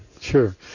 Sure